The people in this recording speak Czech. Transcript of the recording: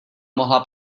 mohla